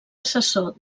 assessor